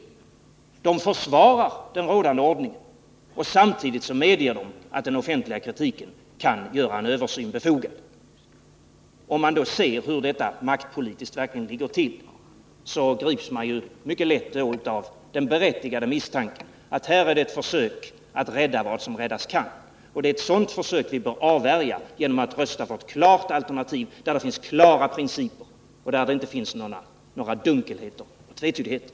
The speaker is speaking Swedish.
Utskottet försvarar den rådande ordningen men medger samtidigt att den offentliga kritiken kan göra en översyn befogad. Om man studerar hur det maktpolitiskt verkligen ligger till, grips man mycket lätt av den berättigade misstanken att detta är ett försök att rädda vad som räddas kan. Ett sådant försök bör vi avvärja genom att rösta på ett alternativ med klara principer och utan dunkelheter och tvetydigheter.